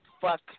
Fuck